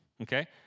okay